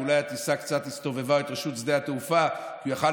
כי אולי הטיסה קצת הסתובבה והוא היה יכול